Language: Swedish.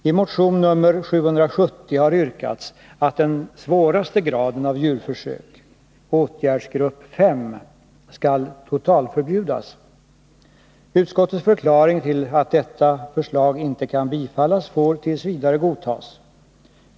I motion 770 har yrkats att den svåraste graden av djurförsök — åtgärdsgrupp 5 — skall totalförbjudas. Utskottets förklaring till att detta förslag inte kan tillstyrkas får t. v. godtas.